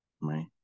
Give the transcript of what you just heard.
right